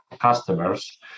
customers